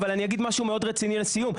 אבל אני אגיד משהו מאוד רציני לסיום.